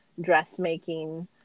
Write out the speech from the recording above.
dressmaking